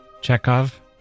Chekhov